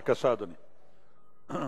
בבקשה, אדוני.